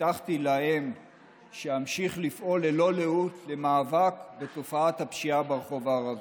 הבטחתי לאם שאמשיך לפעול ללא לאות למאבק בתופעת הפשיעה ברחוב הערבי.